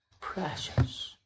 precious